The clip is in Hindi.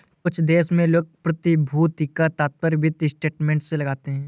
कुछ देशों में लोग प्रतिभूति का तात्पर्य वित्तीय इंस्ट्रूमेंट से लगाते हैं